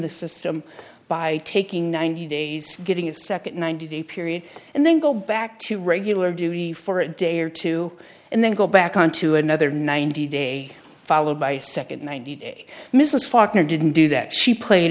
the system by taking ninety days getting a second ninety day period and then go back to regular duty for a day or two and then go back on to another ninety day followed by a second ninety day mrs faulkner didn't do that she played